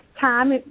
time